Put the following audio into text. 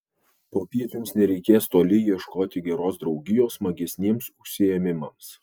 popiet jums nereikės toli ieškoti geros draugijos smagesniems užsiėmimams